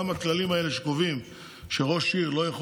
גם את הכללים האלה שקובעים שראש עיר לא יכול